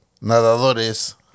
nadadores